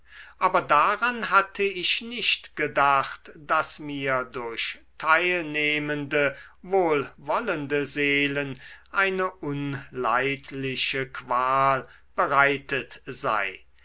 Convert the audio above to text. aber daran hatte ich nicht gedacht daß mir durch teilnehmende wohlwollende seelen eine unleidliche qual bereitet sei